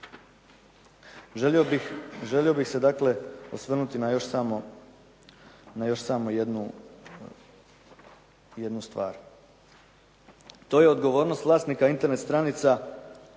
Želio bih se dakle osvrnuti na još samo jednu stvar. To je odgovornost vlasnika Internet stranica